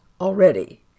already